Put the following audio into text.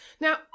Now